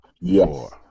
Yes